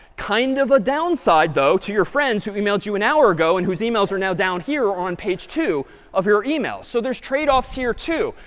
kind of a downside, though, to your friends who've emailed you an hour ago and whose emails are now down here are on page two of your email. so there's trade-offs here too.